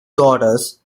daughters